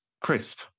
crisp